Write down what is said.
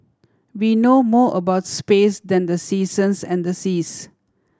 we know more about space than the seasons and the seas